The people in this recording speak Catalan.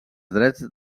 drets